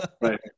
right